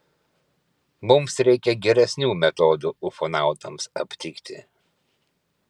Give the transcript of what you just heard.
mums reikia geresnių metodų ufonautams aptikti